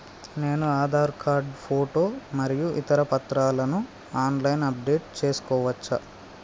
నేను Aadhaar card photo మరియు ఇతర పత్రాలను ఆన్ లైన్ అప్ డెట్ చేసుకోవచ్చా?